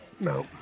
No